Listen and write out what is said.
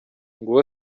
nguwo